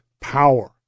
power